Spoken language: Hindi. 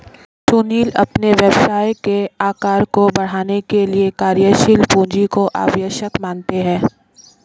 सुनील अपने व्यवसाय के आकार को बढ़ाने के लिए कार्यशील पूंजी को आवश्यक मानते हैं